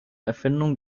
erfindung